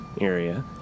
area